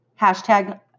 Hashtag